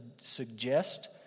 suggest